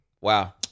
Wow